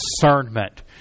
discernment